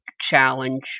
challenge